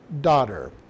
daughter